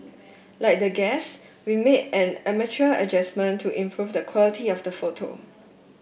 like the guests we made an amateur adjustment to improve the quality of the photo